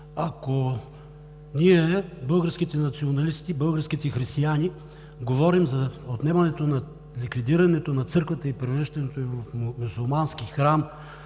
Ако ние – българските националисти и българските християни, говорим за отнемането, ликвидирането на църквата и превръщането ѝ в мюсюлмански храм,